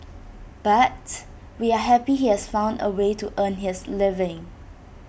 but we are happy he has found A way to earn his living